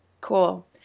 Cool